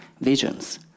visions